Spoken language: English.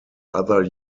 other